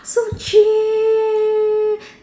so cheap